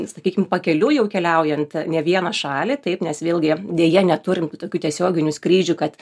sakykim pakeliu jau keliaujant ne vieną šalį taip nes vėlgi deja neturim kitokių tiesioginių skrydžių kad